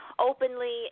Openly